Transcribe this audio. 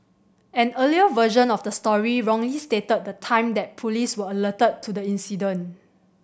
an earlier version of the story wrongly stated the time that police were alerted to the incident